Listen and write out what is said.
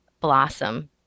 blossom